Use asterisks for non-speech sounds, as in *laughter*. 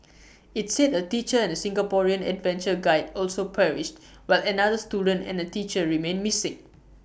*noise* IT said A teacher and A Singaporean adventure guide also perished *noise* while another student and A teacher remain missing